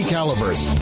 Calibers